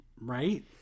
right